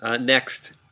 next